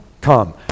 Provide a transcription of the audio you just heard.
come